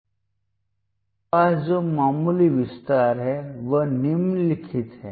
अब मेरे पास जो मामूली विस्तार है वह निम्नलिखित है